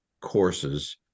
courses